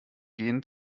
gehen